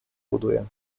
buduję